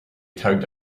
tugged